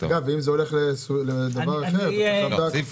ואם זה הולך לדבר אחר, צריך לדעת.